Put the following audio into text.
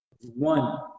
one